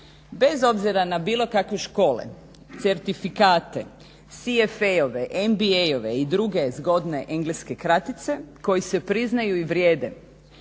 bez obzira na bilo kakve škole, certifikate, SFE-ove, MBA-ove i druge zgodne engleske kratice koji se priznaju i vrijede